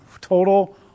total